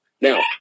Now